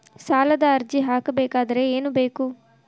ಸಾಲದ ಅರ್ಜಿ ಹಾಕಬೇಕಾದರೆ ಏನು ಬೇಕು?